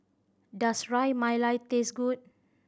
does Ras Malai taste good